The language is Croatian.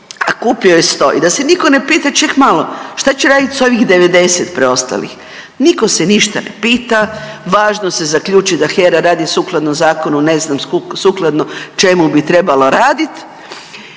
a kupio je 100 i da se nitko ne pita ček malo šta će raditi sa ovih 90 preostalih. Nitko se ništa ne pita, važno se zaključi da HERA radi sukladno zakonu, ne znam sukladno čemu bi trebala raditi